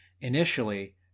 initially